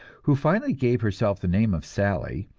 who finally gave herself the name of sally,